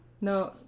No